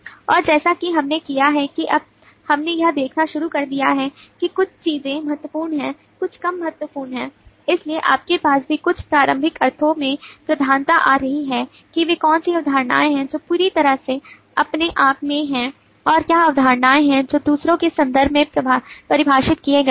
और जैसा कि हमने किया है कि तब हमने यह देखना शुरू कर दिया है कि कुछ चीजें महत्वपूर्ण हैं कुछ कम महत्वपूर्ण हैं इसलिए आपके पास भी कुछ प्रारंभिक अर्थों में प्रधानता आ रही है कि वे कौन सी अवधारणाएं हैं जो पूरी तरह से अपने आप में हैं और क्या अवधारणाएं हैं जो दूसरों के संदर्भ में परिभाषित किए गए हैं